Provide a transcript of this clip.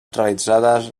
realitzades